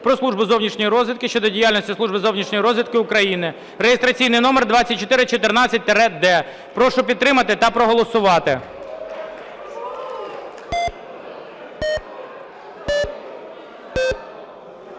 "Про Службу зовнішньої розвідки" щодо діяльності Служби зовнішньої розвідки України (реєстраційний номер 2414-д). Прошу підтримати та проголосувати.